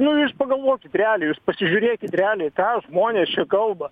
nu jūs pagalvokit realiai jūs pasižiūrėkit realiai ką žmonės čia kalba